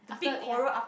after ya